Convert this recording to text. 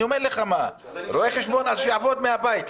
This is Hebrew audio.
אז שרואה חשבון יעבוד מהבית.